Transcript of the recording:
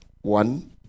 One